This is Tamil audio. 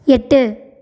எட்டு